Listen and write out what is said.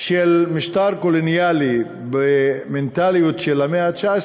של משטר קולוניאלי במנטליות של המאה ה-19